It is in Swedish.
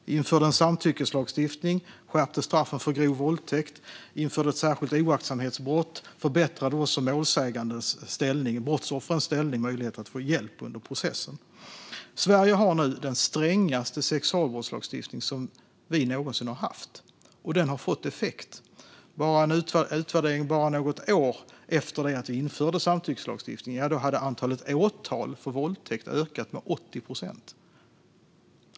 Vi införde en samtyckeslagstiftning, skärpte straffen för grov våldtäkt, införde ett särskilt oaktsamhetsbrott och förbättrade också brottsoffrens ställning och möjlighet att få hjälp under processen. Sverige har nu den strängaste sexualbrottslagstiftning som vi någonsin har haft, och den har fått effekt. En utvärdering bara något år efter att samtyckeslagstiftningen infördes visade att antalet åtal för våldtäkt ökat med 80 procent.